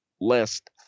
lest